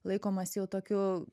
laikomas jau tokiu